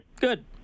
Good